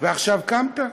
ועכשיו קמת?